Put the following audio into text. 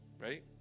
right